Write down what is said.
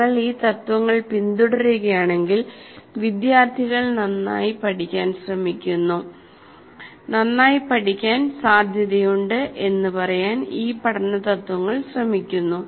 നിങ്ങൾ ഈ തത്ത്വങ്ങൾ പിന്തുടരുകയാണെങ്കിൽ വിദ്യാർത്ഥികൾ നന്നായി പഠിക്കാൻ സാധ്യതയുണ്ട് എന്ന് പറയാൻ ഈ പഠന തത്വങ്ങൾ ശ്രമിക്കുന്നു